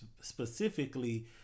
specifically